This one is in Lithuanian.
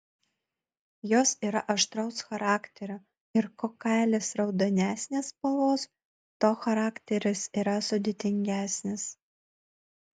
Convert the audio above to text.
jos yra aštraus charakterio ir kuo kailis raudonesnės spalvos tuo charakteris yra sudėtingesnis